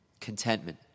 Contentment